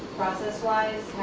process wise